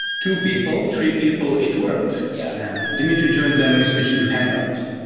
two people, three people, it worked. yeah dimitri joined, then we switch to hangouts.